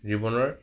জীৱনৰ